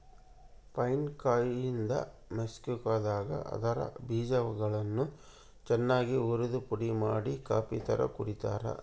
pine ಕಾಯಿಯಿಂದ ಮೆಕ್ಸಿಕೋದಾಗ ಅದರ ಬೀಜಗಳನ್ನು ಚನ್ನಾಗಿ ಉರಿದುಪುಡಿಮಾಡಿ ಕಾಫಿತರ ಕುಡಿತಾರ